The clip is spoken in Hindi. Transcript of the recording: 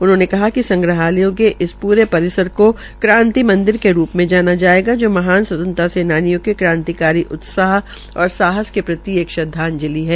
उन्होंने कहा कि संग्रहालय के इस प्रे परिसर को क्रांति मंदिर के रूप में जाना जायेगा जो महान स्वतंत्रता सेनानियों के क्रांतिकारी उत्साह और साहस के प्रति श्रद्वाजंलि है